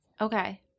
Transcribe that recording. Okay